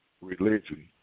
religion